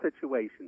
situation